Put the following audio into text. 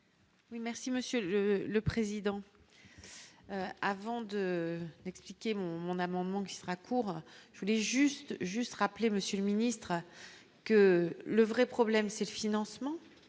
merci Monsieur le Président, avant de m'expliquer mon amendement qui sera court, je voulais juste juste rappeler, Monsieur le ministre, que le vrai problème, c'est le financement,